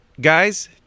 guys